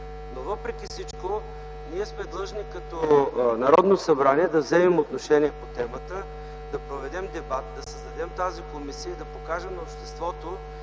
Но въпреки всичко ние сме длъжни като Народно събрание да вземем отношение по темата, да проведем дебат, да създадем тази комисия и да покажем на обществото,